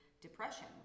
depression